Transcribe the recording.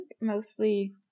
mostly